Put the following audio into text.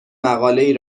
مقالهای